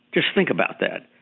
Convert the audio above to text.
just think about that.